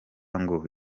ngo